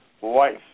wife